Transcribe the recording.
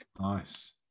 nice